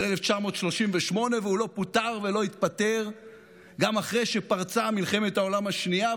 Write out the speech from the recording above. של 1938. הוא לא פוטר ולא התפטר גם אחרי שפרצה מלחמת העולם השנייה,